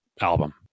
album